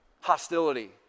hostility